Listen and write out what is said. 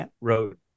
wrote